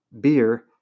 beer